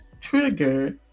trigger